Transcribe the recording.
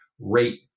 rate